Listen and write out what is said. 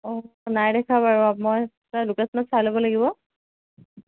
অঁ নাই দেখা বাৰু মই তাৰ লোকেশ্বনত চাই লব লাগিব